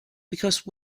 because